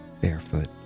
barefoot